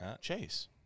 Chase